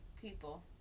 people